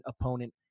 opponent